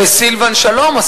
וסילבן שלום,